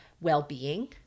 well-being